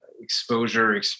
exposure